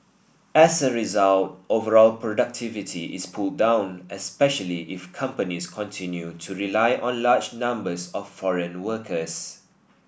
as a result overall productivity is pulled down especially if companies continue to rely on large numbers of foreign workers